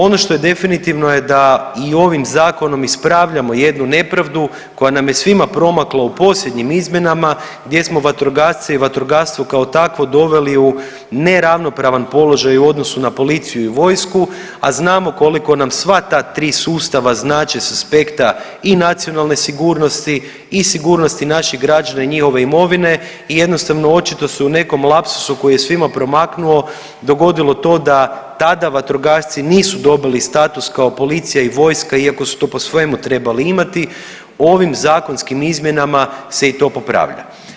Ono što je definitivno je da i ovim zakonom ispravljamo jednu nepravdu koja nam je svima promakla u posljednjim izmjenama gdje smo vatrogasce i vatrogastvo kao takvo doveli u neravnopravan položaj u odnosu na policiju i vojsku, a znamo koliko nam sva ta tri sustava znače sa aspekta i nacionalne sigurnosti i sigurnosti naših građana i njihove imovine i jednostavno očito su u nekom lapsusu koji je svima promaknuo dogodilo to da tada vatrogasci nisu dobili status kao policija i vojska iako su to po svemu trebali imati ovim zakonskim izmjenama se i to popravlja.